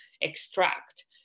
extract